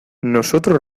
nosotros